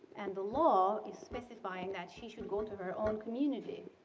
and the law is specifying that she should go to her own community.